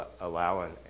allowing